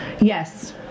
Yes